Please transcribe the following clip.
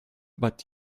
but